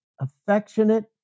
affectionate